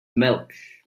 milk